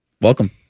Welcome